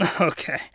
Okay